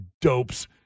dopes